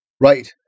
Right